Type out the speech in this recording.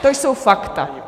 To jsou fakta.